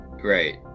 Great